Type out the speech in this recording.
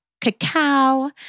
cacao